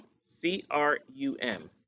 C-R-U-M